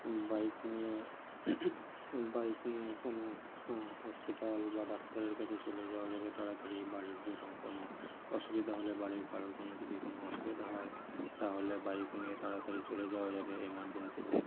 bike নিয়ে bike নিয়ে কোনো হসপিটাল বা ডাক্তারের কাছে চলে যাওয়া যাবে তাড়াতাড়ি বাড়ির জন্য কোনো অসুবিধা হলে বাড়ির কারোর কোনো যদি কোনো অসুবিধা হয় তাহলে বাইক নিয়ে তাড়াতাড়ি চলে যাওয়া যাবে ইমার্জেন্সিতে